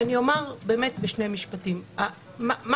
אני